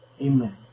Amen